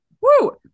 Woo